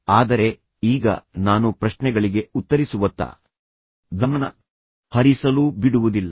ಆದರೆ ಈಗ ನಾನು ಪ್ರಶ್ನೆಗಳಿಗೆ ಉತ್ತರಿಸುವತ್ತ ಗಮನ ಹರಿಸಲು ಬಿಡುವುದಿಲ್ಲ